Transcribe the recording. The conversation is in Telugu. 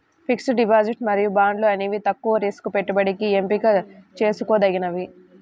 ఫిక్స్డ్ డిపాజిట్ మరియు బాండ్లు అనేవి తక్కువ రిస్క్ పెట్టుబడికి ఎంపిక చేసుకోదగినవి